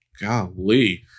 golly